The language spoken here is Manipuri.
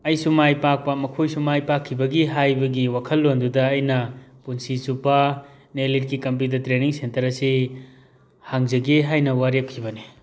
ꯑꯩꯁꯨ ꯃꯥꯏ ꯄꯥꯛꯄ ꯃꯈꯣꯏꯁꯨ ꯃꯥꯏ ꯄꯥꯛꯈꯤꯕꯒꯤ ꯍꯥꯏꯕꯒꯤ ꯋꯥꯈꯜꯂꯣꯟꯗꯨꯗ ꯑꯩꯅ ꯄꯨꯟꯁꯤ ꯆꯨꯞꯄ ꯅꯦꯂꯤꯠꯀꯤ ꯀꯝꯄ꯭ꯌꯨꯇꯔ ꯇ꯭ꯔꯦꯅꯤꯡ ꯁꯦꯟꯇꯔ ꯑꯁꯤ ꯍꯥꯡꯖꯒꯦ ꯍꯥꯏꯅ ꯋꯥꯔꯦꯞꯈꯤꯕꯅꯤ